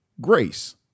grace